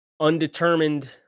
undetermined